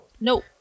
No